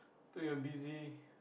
thought you're busy